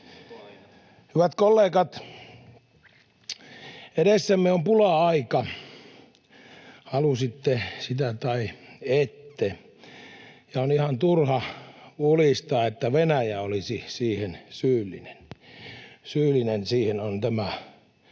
Hyvät kollegat! Edessämme on pula-aika, halusitte sitä tai ette, ja on ihan turha ulista, että Venäjä olisi siihen syyllinen. Syyllinen siihen on tämä